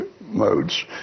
modes